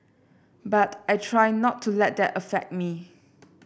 but I try not to let that affect me